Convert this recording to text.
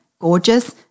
gorgeous